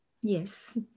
yes